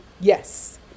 Yes